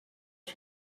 are